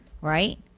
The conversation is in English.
right